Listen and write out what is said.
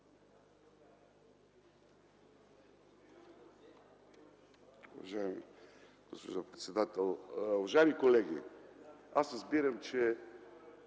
уважаеми колеги!